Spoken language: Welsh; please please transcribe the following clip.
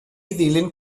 ddilyn